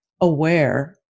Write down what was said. aware